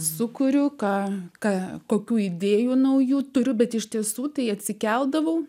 sūkuriuką kokių idėjų naujų turiu bet iš tiesų tai atsikeldavau